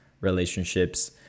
relationships